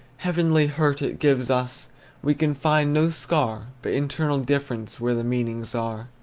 heavenly hurt it gives us we can find no scar, but internal difference where the meanings are.